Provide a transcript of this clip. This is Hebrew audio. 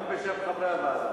גם בשם חברי הוועדה.